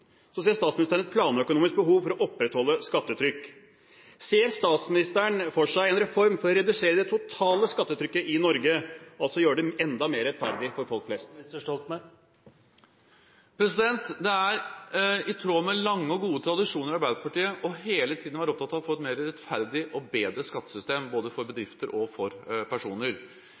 ser statsministeren et planøkonomisk behov for å opprettholde skattetrykket. Ser statsministeren for seg en reform for å redusere det totale skattetrykket i Norge, for altså å gjøre det enda mer rettferdig for folk flest? Det er i tråd med lange og gode tradisjoner i Arbeiderpartiet hele tiden å være opptatt av å få et mer rettferdig og bedre skattesystem, både for bedrifter og for personer.